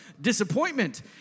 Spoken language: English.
disappointment